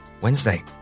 Wednesday